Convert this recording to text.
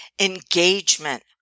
engagement